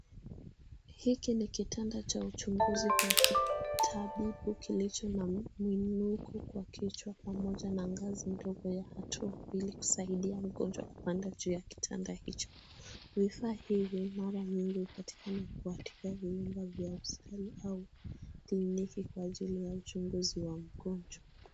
Hiki ni kitanda cha uchunguzi kwa kitabibu kilicho mwinuko kwa kichwa pamoja na ngazi ndogo ya hatua mbili kusaidia mgonjwa kupanda juu ya kitanda hicho ,vifaa hivi mara nyingi hupatikana kuandika vyumba vya hosipitali au kliniki kwa ajili ya uchunguzi wa mgonjwa